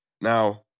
Now